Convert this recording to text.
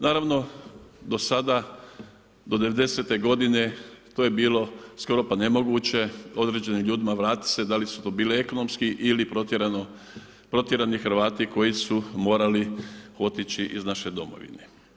Naravno do sada, do 90.godine to je bilo skoro pa nemoguće određenim ljudima vratit se, da li su to bili ekonomski ili protjerani Hrvati koji su morali otići iz naše domovine.